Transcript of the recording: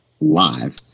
live